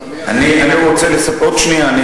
עוד שנייה,